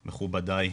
מכובדיי,